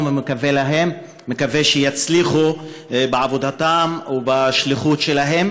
ומקווה שיצליחו בעבודתן ובשליחות שלהן,